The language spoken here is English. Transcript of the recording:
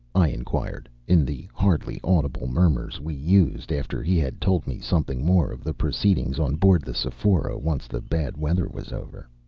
i inquired, in the hardly audible murmurs we used, after he had told me something more of the proceedings on board the sephora once the bad weather was over.